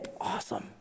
awesome